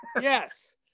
Yes